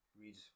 read